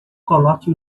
coloque